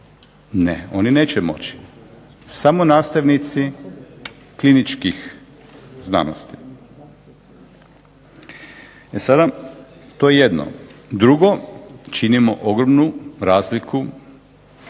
ne, oni neće moći. Samo nastavnici kliničkih znanosti. E sada, to je jedno. Drugo, činimo ogromnu razliku